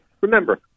remember